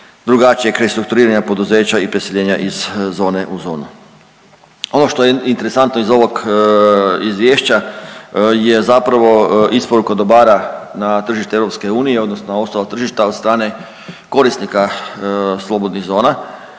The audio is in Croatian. drugačijeg restrukturiranja poduzeća i preseljenja iz zone u zonu. Ono što je interesantno iz ovog izvješća je zapravo isporuka dobara na tržište EU odnosno ostala tržišta od strane korisnika slobodnih zona